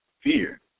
fear